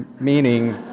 meaning,